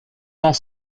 tant